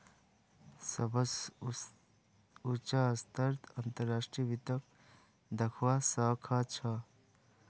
सबस उचा स्तरत अंतर्राष्ट्रीय वित्तक दखवा स ख छ